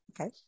Okay